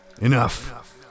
Enough